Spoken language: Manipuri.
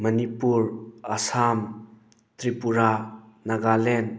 ꯃꯅꯤꯄꯨꯔ ꯑꯁꯥꯝ ꯇ꯭ꯔꯤꯄꯨꯔꯥ ꯅꯥꯒꯥꯂꯦꯟ